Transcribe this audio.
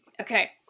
Okay